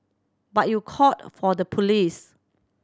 but you called for the police